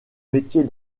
métier